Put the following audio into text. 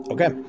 Okay